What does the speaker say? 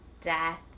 death